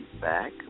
back